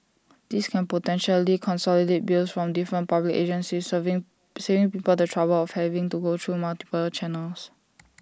this can potentially consolidate bills from different public agencies saving saving people the trouble of having to go through multiple channels